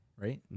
right